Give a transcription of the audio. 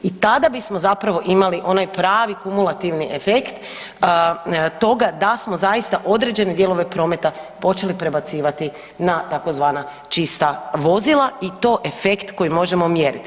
I tada bismo zapravo imali onaj pravi kumulativni efekt toga da smo zaista određene dijelove prometa počeli prebacivati na tzv. čista vozila i to efekt koji možemo mjeriti.